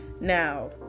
Now